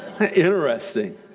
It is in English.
Interesting